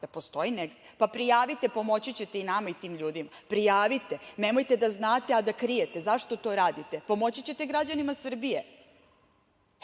da postoji negde, pa prijavite, pomoći ćete i nama i tim ljudima. Prijavite, nemojte da znate, a da krijete. Zašto to radite? Pomoći ćete građanima Srbije.